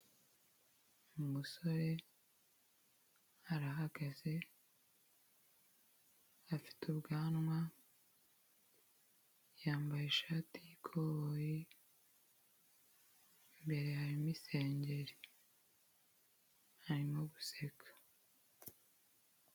Umusore arahagaze, afite ubwanwa, yambaye ishati y'ikoboyi, imbere harimo isengeri, arimo guseka.